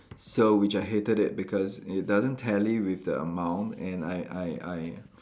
so which I hated it because it doesn't tally with the amount and I I I